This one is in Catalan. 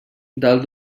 dalt